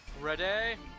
Ready